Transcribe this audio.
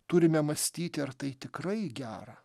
turime mąstyti ar tai tikrai gera